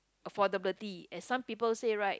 affordability and some people said right